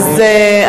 זה לא,